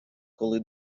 коли